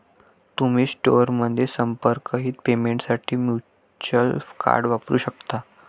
तुम्ही स्टोअरमध्ये संपर्करहित पेमेंटसाठी व्हर्च्युअल कार्ड वापरू शकता